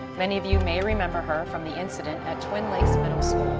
many of you may remember her from the incident at twin lakes middle so